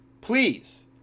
please